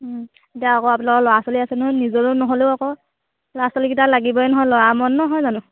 এতিয়া আকৌ আপোনোকৰ ল'ৰা ছোৱালী আছে নহয় নিজৰো নহ'লেও আকৌ ল'ৰা ছোৱালীকেইটা লাগিবই নহয় ল'ৰা মন নহয় জানো